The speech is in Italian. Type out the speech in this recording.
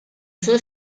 suo